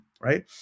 right